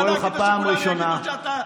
בוועדת כספים חודש שלם יושבים,